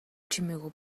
чимээгүй